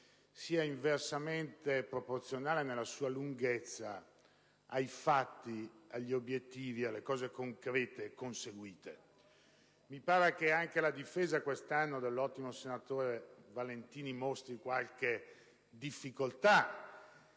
sia inversamente proporzionale, nella sua lunghezza, ai fatti, agli obiettivi, alle cose concrete conseguite. Mi pare quest'anno che anche la difesa dell'ottimo senatore Benedetti Valentini mostri qualche difficoltà,